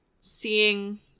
seeing